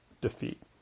defeat